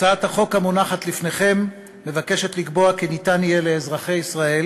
הצעת החוק המונחת לפניכם מבקשת לקבוע כי יינתן לאזרחי ישראל